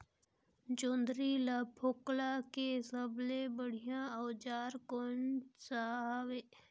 जोंदरी ला फोकला के सबले बढ़िया औजार कोन सा हवे?